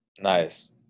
Nice